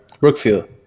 Brookfield